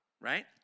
right